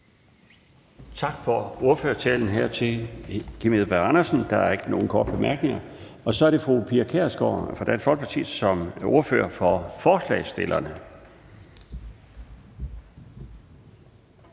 for ordførertalen. Der er ikke nogen korte bemærkninger, og så er det fru Pia Kjærsgaard fra Dansk Folkeparti som ordfører for forslagsstillerne.